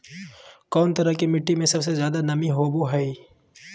कौन तरह के मिट्टी में सबसे जादे नमी होबो हइ?